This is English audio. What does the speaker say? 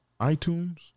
iTunes